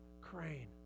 crane